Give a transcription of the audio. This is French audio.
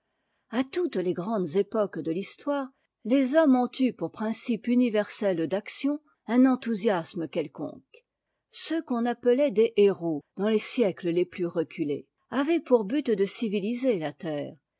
a toutes les grandes'époques de l'histoire les hommes ont eu pour principe universel d'action un enthousiasme quelconque ceux qu'on appelait des héros dans les siècles les plus reçûlés avaient pour but de civiliser la terre